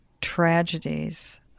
tragedies